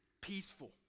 peaceful